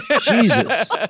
Jesus